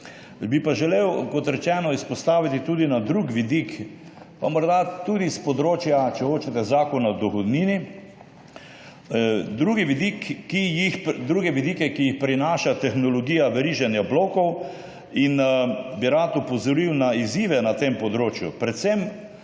Bi pa želel, kot rečeno, izpostaviti tudi druge vidike – morda tudi s področja, če hočete, Zakona o dohodnini – ki jih prinaša tehnologija veriženja blokov, in rad bi opozoril na izzive na tem področju,